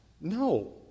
No